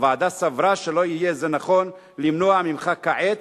הוועדה סברה שלא יהיה זה נכון למנוע ממך כעת,